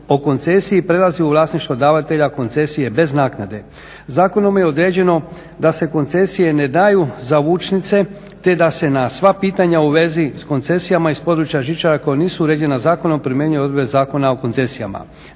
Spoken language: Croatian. o koncesiji prelazi u vlasništvo davatelja koncesije bez naknade. Zakonom je određeno da se koncesije ne daju za vučnice, te da se na sva pitanja u vezi sa koncesijama iz područja žičara koja nisu uređena zakonom primjenjuju odredbe Zakona o koncesijama.